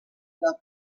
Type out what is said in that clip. del